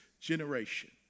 generation